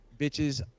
bitches